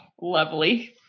lovely